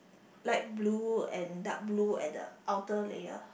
light blue and dark blue at the outer layer